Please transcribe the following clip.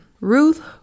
Ruth